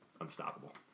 unstoppable